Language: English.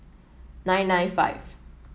nine nine five